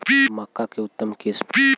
मक्का के उतम किस्म?